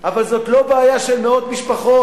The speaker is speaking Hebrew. אבל זאת לא בעיה של מאות משפחות,